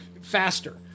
faster